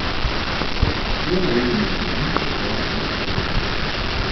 rytą vėl ėjome į bažnyčią tęsti rekolekcijų